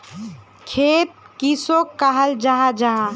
खेत किसोक कहाल जाहा जाहा?